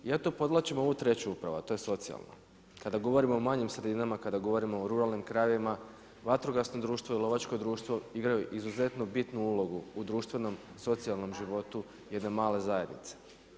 Ja tu podvlačim ovu treću upravo, a to je socijalna kada govorimo o manjim sredinama, kada govorimo o ruralnim krajevima, vatrogasno društvo i lovačko društvo igraju izuzetno bitnu ulogu u društvenom, socijalnom životu jedne male zajednice.